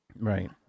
right